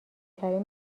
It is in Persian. ترین